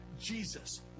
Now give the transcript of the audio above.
Jesus